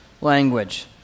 language